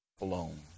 alone